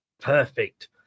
perfect